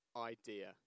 idea